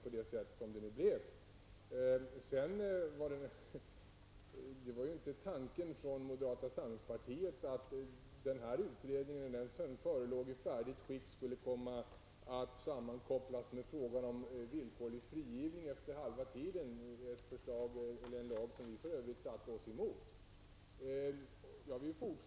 Moderaternas tanke var emellertid inte att denna utredning, när den förelåg i färdigt skick, skulle komma att sammankopplas med frågan om villkorlig frigivning efter halva strafftiden, en lag som vi för övrigt satte oss emot.